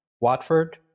Watford